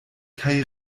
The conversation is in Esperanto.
kaj